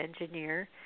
engineer